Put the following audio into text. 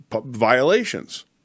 violations